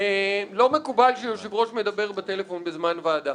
לא מקובל שיושב-ראש מדבר בזמן ועדה.